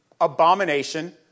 abomination